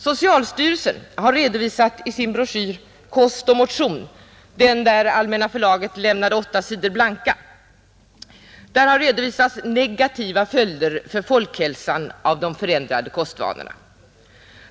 Socialstyrelsen har redovisat i sin broschyr Kost och motion, den där Allmänna förlaget lämnade åtta sidor blanka, negativa följder för folkhälsan av de förändrade kostvanorna.